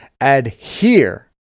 adhere